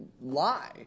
lie